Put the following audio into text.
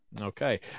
Okay